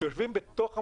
יושבים בתוך המושבים.